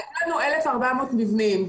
היו לנו 1,400 מבנים.